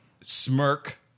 smirk